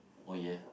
oh yeah